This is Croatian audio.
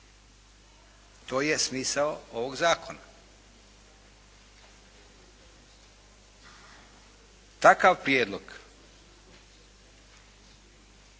To je smisao ovoga Zakona. Takav prijedlog